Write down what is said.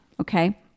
okay